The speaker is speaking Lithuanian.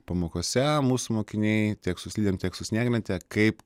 pamokose mūsų mokiniai tiek su slidėm tiek su snieglente kaip